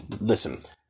listen